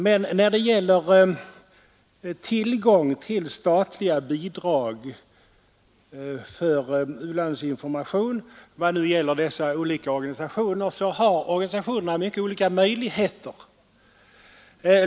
Men när det gäller tillgång till statliga bidrag för u-landsinformation till dessa olika organisationer, har organisationerna mycket olika möjligheter.